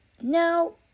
now